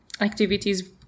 activities